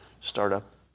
startup